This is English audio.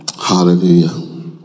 Hallelujah